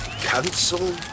Cancel